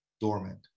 dormant